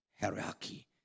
hierarchy